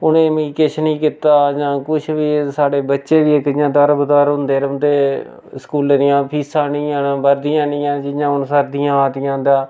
उ'नें बी किश निं कीता जां कुछ बी साढ़े बच्चे बी इक इ'यां दर बदर होंदे रौंह्दे स्कूलें दियां फीसां निं हैन बर्दियां निं हैन जि'यां हून सर्दियां आ दियां न तां